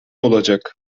olacak